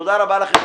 תודה רבה לכם.